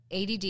ADD